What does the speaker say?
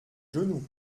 genoux